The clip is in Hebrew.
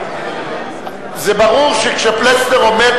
זה ברור שכשפלסנר אומר,